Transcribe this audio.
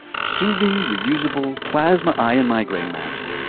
soothing, reusable plasma eye and migraine mask.